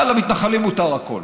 אבל למתנחלים מותר הכול.